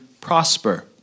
prosper